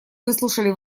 выслушали